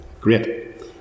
Great